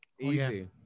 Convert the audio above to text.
easy